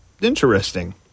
interesting